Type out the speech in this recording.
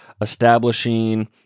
establishing